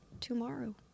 tomorrow